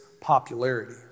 popularity